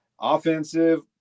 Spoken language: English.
offensive